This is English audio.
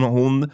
hon